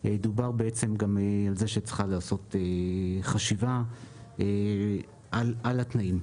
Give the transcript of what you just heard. דובר גם על זה שצריכה להיעשות חשיבה על התנאים.